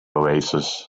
oasis